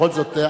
בכל זאת,